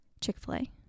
Chick-fil-A